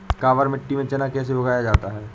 काबर मिट्टी में चना कैसे उगाया जाता है?